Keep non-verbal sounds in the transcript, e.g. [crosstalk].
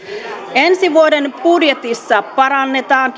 ensi vuoden budjetissa parannetaan [unintelligible]